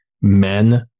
men